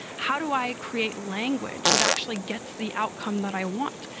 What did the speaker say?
how do i create language that actually gets the outcome that i want?